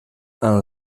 and